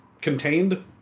contained